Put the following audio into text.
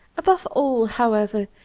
above all, however,